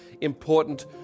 important